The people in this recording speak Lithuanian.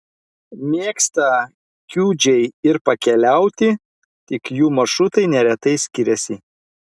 mėgsta kiudžiai ir pakeliauti tik jų maršrutai neretai skiriasi